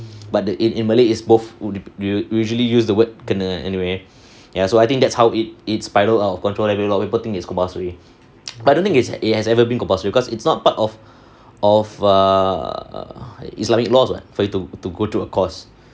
but the in malay is both we will usually use the word kena anyway ya so I think that's how it it spiral out of control then make a lot people think is compulsory but the thing is it has never been compulsory because it's not part of of err islamic laws [what] for you to to go through a course